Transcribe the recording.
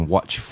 Watch